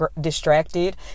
distracted